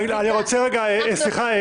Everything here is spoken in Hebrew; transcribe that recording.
סליחה,